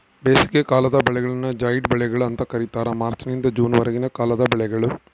ಬೇಸಿಗೆಕಾಲದ ಬೆಳೆಗಳನ್ನು ಜೈಡ್ ಬೆಳೆಗಳು ಅಂತ ಕರೀತಾರ ಮಾರ್ಚ್ ನಿಂದ ಜೂನ್ ವರೆಗಿನ ಕಾಲದ ಬೆಳೆಗಳು